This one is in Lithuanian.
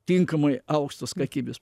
tinkamai aukštos kakybės